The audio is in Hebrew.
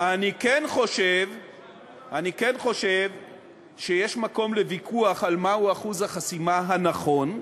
אני כן חושב שיש מקום לוויכוח על מהו אחוז החסימה הנכון,